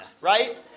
right